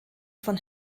von